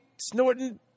snorting